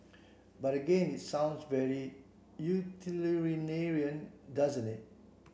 but again it sounds very doesn't it